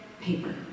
paper